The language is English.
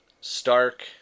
Stark